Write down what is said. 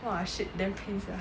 !wah! shit damn pain sia